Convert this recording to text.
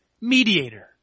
mediator